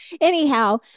anyhow